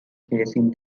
facing